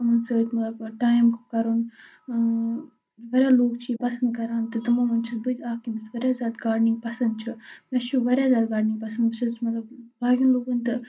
یِمَن سۭتۍ مطلب ٹایم کَرُن واریاہ لُکھ چھِ یہِ پَسنٛد کَران تہٕ تِمَن منٛز چھَس بہٕ تہِ اَکھ ییٚمِس واریاہ زیادٕ گاڈنِںٛگ پَسنٛد چھِ مےٚ چھُ واریاہ زیادٕ گاڈنِںٛگ پَسنٛد بہٕ چھَس مطلب باقٕیَن لُکَن تہِ